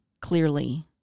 clearly